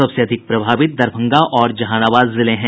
सबसे अधिक प्रभावित दरभंगा और जहानाबाद जिले हैं